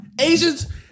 Asians